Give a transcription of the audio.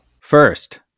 First